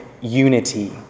unity